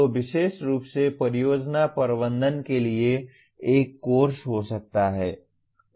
तो विशेष रूप से परियोजना प्रबंधन के लिए एक कोर्स हो सकता है